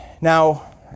Now